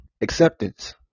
acceptance